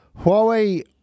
Huawei